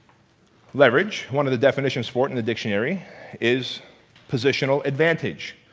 leverage, one of the definitions for it in the dictionary is positional advantage.